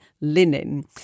linen